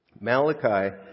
Malachi